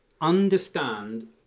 understand